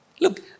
Look